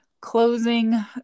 closing